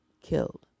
killed